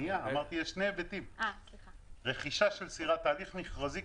אמרתי שיש שני היבטים: רכישה של סירה שזה תהליך מכרזי.